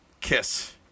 kiss